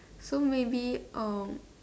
so maybe um